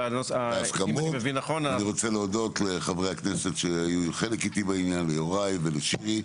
אני רוצה להודות לחברי הכנסת שהיו חלק איתי בעניין יוראי ולשירי,